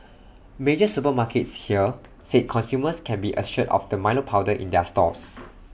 major supermarkets here said consumers can be assured of the milo powder in their stores